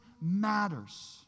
matters